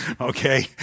okay